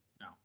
No